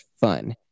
fun